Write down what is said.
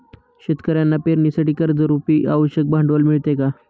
शेतकऱ्यांना पेरणीसाठी कर्जरुपी आवश्यक भांडवल मिळते का?